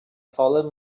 fallen